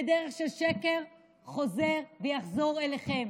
בדרך של שקר, חוזר ויחזור אליכם.